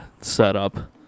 setup